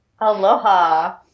Aloha